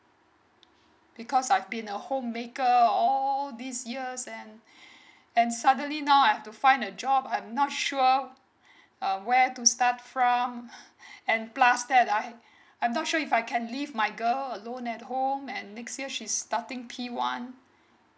because I've been a homemaker all these years and and suddenly now I've to find a job I'm not sure um where to start from and plus that I I'm not sure if I can leave my girl alone at home and next year she's starting p one